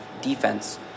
defense